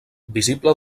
visible